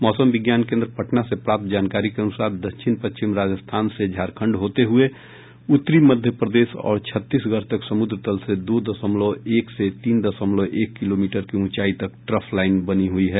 मौसम विज्ञान केन्द्र पटना से प्राप्त जानकारी के अनुसार दक्षिण पश्चिम राजस्थान से झारखंड होते हुए उत्तरी मध्य प्रदेश और छत्तीसगढ़ तक समुद्र तल से दो दशमलव एक से तीन दशमलव एक किलोमीटर की ऊंचाई तक ट्रफ लाईन बनी हुई है